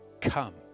come